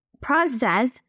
process